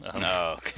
No